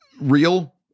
real